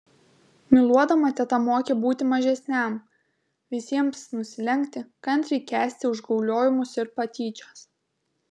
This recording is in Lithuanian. myluodama teta mokė būti mažesniam visiems nusilenkti kantriai kęsti užgauliojimus ir patyčias